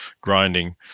grinding